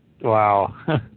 wow